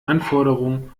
anforderungen